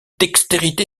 dextérité